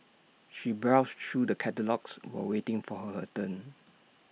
she browsed through the catalogues while waiting for her turn